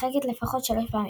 משחקת לפחות שלוש פעמים.